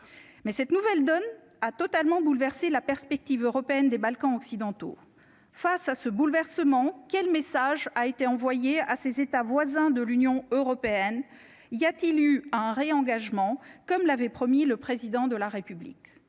mais cette nouvelle donne a totalement bouleversé la perspective européenne des Balkans occidentaux face à ce bouleversement, quel message a été envoyé à ses États voisins de l'Union européenne, il y a-t-il eu un réengagement, comme l'avait promis le président de la République,